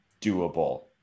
doable